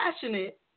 passionate